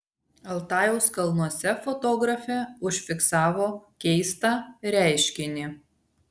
altajaus kalnuose fotografė užfiksavo keistą reiškinį